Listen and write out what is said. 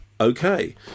Okay